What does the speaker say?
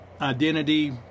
identity